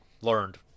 learned